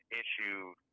issued